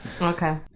Okay